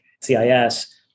CIS